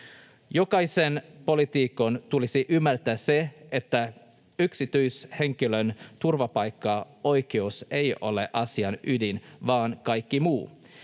Jokaisen poliitikon tulisi ymmärtää se, että yksityishenkilön turvapaikkaoikeus ei ole asian ydin, vaan kaikki muu.